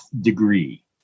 degree